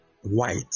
white